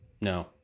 no